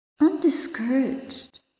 undiscouraged